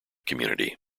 community